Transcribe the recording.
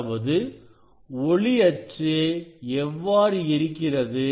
அதாவது ஒளி அச்சு எவ்வாறு இருக்கிறது